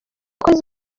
abakozi